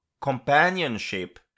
companionship